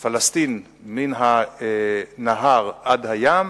"פלסטין מן הנהר עד הים"